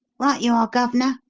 right you are, gov'nor.